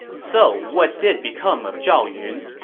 so what did become of zhao yun?